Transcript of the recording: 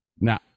Now